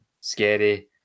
Scary